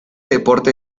deporte